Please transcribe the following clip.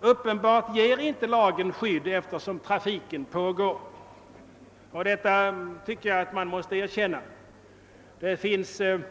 Uppenbarligen ger inte lagen något skydd, eftersom trafiken pågår. Detta borde man erkänna. Det finns emellertid